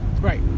Right